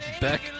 Beck